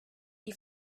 die